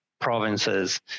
provinces